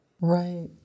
Right